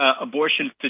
abortion